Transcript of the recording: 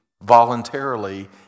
voluntarily